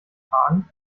fragen